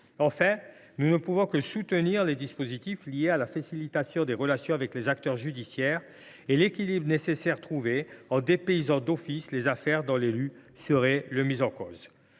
Enfin, nous ne pouvons que soutenir les dispositifs liés à la facilitation des relations avec les acteurs judiciaires et saluer l’équilibre nécessaire trouvé, en dépaysant d’office les affaires dont l’élu serait le mis en cause.